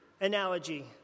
analogy